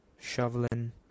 shoveling